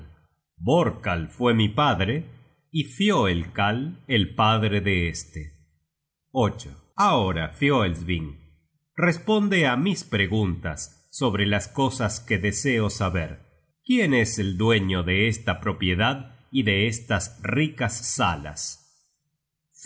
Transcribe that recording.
vindkal vorkal fue mi padre y fioelkal el padre de este ahora fioelsving responde á mis preguntas sobre las cosas que deseo saber quién es el dueño de esta propiedad y de estas ricas salas